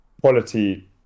quality